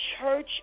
church